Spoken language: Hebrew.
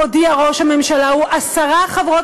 מודיע ראש הממשלה הוא עשרה חברות